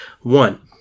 One